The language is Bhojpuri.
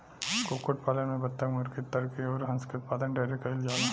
कुक्कुट पालन में बतक, मुर्गी, टर्की अउर हंस के उत्पादन ढेरे कईल जाला